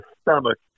stomach